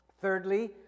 Thirdly